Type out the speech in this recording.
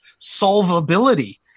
solvability